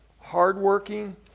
hardworking